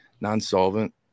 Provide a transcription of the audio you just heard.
non-solvent